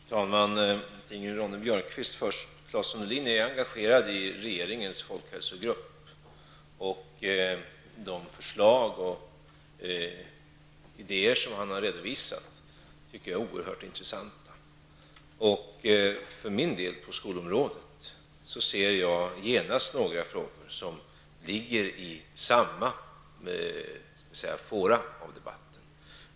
Fru talman! Först några ord till Ingrid Ronne Björkqvist. Claes Sundelin är engagerad i regeringens folkhälsogrupp. De förslag och idéer som han har redovisat tycker jag är oerhört intressanta. När det gäller skolområdet ser jag för min del genast några frågor som så att säga ligger i samma fåra av debatten.